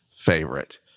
favorite